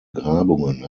grabungen